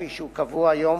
כפי שהוא קבוע היום,